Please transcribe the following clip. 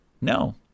No